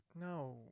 no